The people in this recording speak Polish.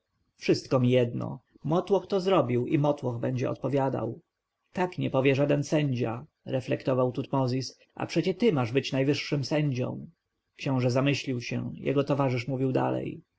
wszystko mi jedno motłoch to zrobił i motłoch będzie odpowiadał tak nie powie żaden sędzia reflektował tutmozis a przecie ty masz być najwyższym sędzią książę zamyślił się jego towarzysz mówił dalej